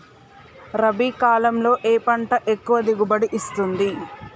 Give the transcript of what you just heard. రబీ కాలంలో ఏ పంట ఎక్కువ దిగుబడి ఇస్తుంది?